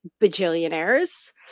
bajillionaires